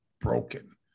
broken